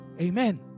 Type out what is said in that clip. Amen